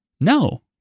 No